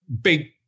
big